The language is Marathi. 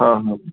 हा मग